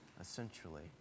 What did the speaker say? essentially